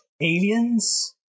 Aliens